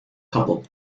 couple